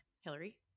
Hillary